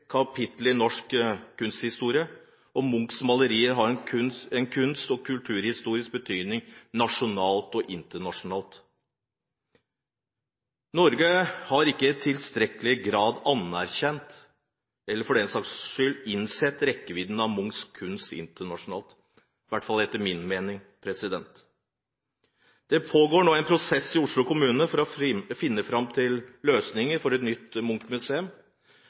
kapittel i norsk kunsthistorie, og Munchs malerier har en kunst- og kulturhistorisk betydning nasjonalt og internasjonalt. Norge har ikke i tilstrekkelig grad anerkjent eller for den saks skyld innsett rekkevidden av Munchs kunst internasjonalt, i hvert fall etter min mening. Det pågår nå en prosess i Oslo kommune for å finne fram til løsninger for et nytt